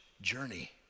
journey